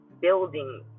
building